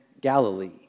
Galilee